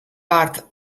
bart